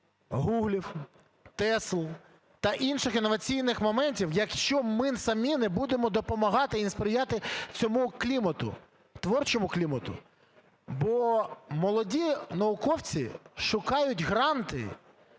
"тесл" та інших інноваційних моментів, якщо ми самі не будемо допомагати і сприяти цьому клімату, творчому клімату. Бо молоді науковці шукають гранти